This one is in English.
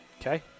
Okay